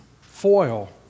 foil